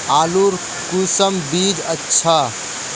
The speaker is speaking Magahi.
आलूर कुंसम बीज अच्छा?